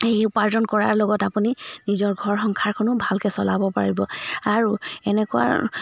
সেই উপাৰ্জন কৰাৰ লগত আপুনি নিজৰ ঘৰ সংসাৰখনো ভালকৈ চলাব পাৰিব আৰু এনেকুৱা